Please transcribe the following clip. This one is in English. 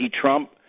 Trump